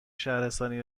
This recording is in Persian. شهرستانی